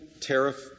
tariff